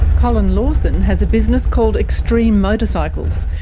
colin lawson has a business called extreme motorcycles,